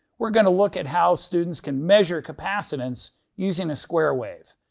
we're going to look at how students can measure capacitance using a square wave.